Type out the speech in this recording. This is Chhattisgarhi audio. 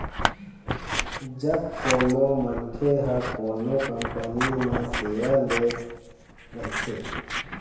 जब कोनो मनखे ह कोनो कंपनी म सेयर ले रहिथे